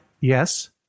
yes